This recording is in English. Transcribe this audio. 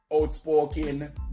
outspoken